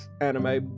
anime